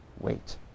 wait